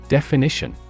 Definition